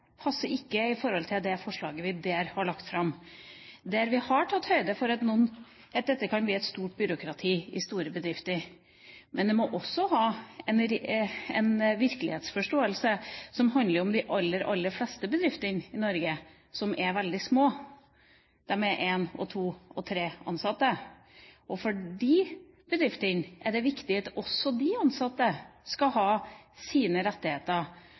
passer ikke når det gjelder det forslaget vi har lagt fram, der vi har tatt høyde for at dette kan bli et stort byråkrati i store bedrifter. Men man må også ha en virkelighetsforståelse som handler om de aller fleste bedriftene i Norge, som er veldig små, med én, to og tre ansatte. For de bedriftene er det viktig at de ansatte også skal ha sine rettigheter,